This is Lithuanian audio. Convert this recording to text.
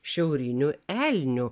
šiaurinių elnių